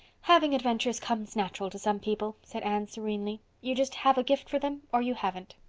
having adventures comes natural to some people, said anne serenely. you just have a gift for them or you haven't.